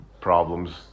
problems